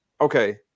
okay